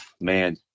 man